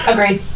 Agreed